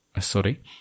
Sorry